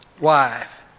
wife